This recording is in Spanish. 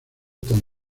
tan